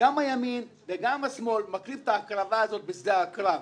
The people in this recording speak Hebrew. גם הימין וגם השמאל מקריב את ההקרבה הזאת בשדה הקרב.